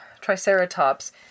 Triceratops